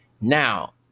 Now